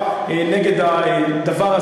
אגב,